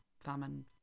famine